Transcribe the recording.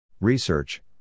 Research